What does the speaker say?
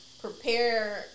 prepare